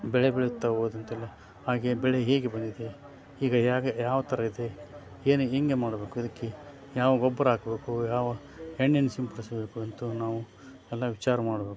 ಬೆಳೆ ಬೆಳೆಯುತ್ತ ಹೋದಂತೆಲ್ಲ ಹಾಗೆ ಬೆಳೆ ಹೇಗೆ ಬಂದಿದೆ ಈಗ ಹೇಗ್ ಯಾವ ಥರ ಇದೆ ಏನು ಹೀಗೆ ಮಾಡಬೇಕು ಇದಕ್ಕೆ ಯಾವ ಗೊಬ್ಬರ ಹಾಕ್ಬೇಕು ಯಾವ ಎಣ್ಣೇನ್ ಸಿಂಪಡಿಸಬೇಕು ಅಂತೂ ನಾವು ಎಲ್ಲ ವಿಚಾರ ಮಾಡಬೇಕು